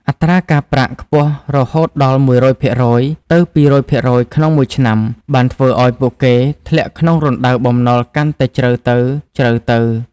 អត្រាការប្រាក់ខ្ពស់រហូតដល់ ១០០% ទៅ ២០០% ក្នុងមួយឆ្នាំ បានធ្វើឱ្យពួកគេធ្លាក់ក្នុងរណ្ដៅបំណុលកាន់តែជ្រៅទៅៗ។